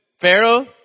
Pharaoh